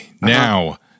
Now